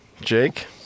Jake